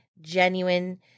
genuine